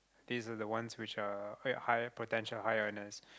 these are the ones which are uh higher potential higher earners